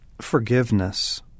Forgiveness